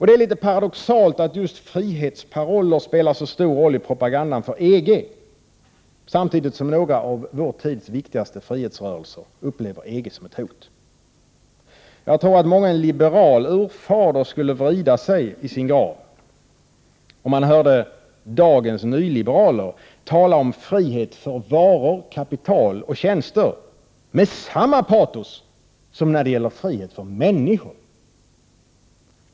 Det är litet paradoxalt att just frihetsparoller spelar så stor roll i propagandan för EG, samtidigt som några av vår tids viktigaste frihetsrörelser upplever EG som ett hot. Jag tror att mången liberal urfader skulle vrida sig i sin grav, om han hörde dagens nyliberaler tala om frihet för varor, kapital och tjänster med samma patos som när det gäller frihet för människor.